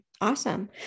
Awesome